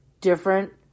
different